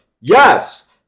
Yes